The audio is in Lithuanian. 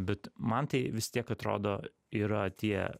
bet man tai vis tiek atrodo yra tie